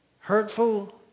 hurtful